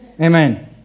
amen